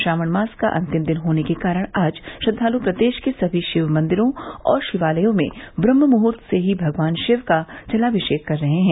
श्रावण मास का अंतिम दिन होने के कारण आज श्रद्वाल प्रदेश के सभी शिवमंदिरों और शिवालयों में ब्रम्हमुहूर्त से ही भगवान शिव का जलाभिषेक कर रहे हैं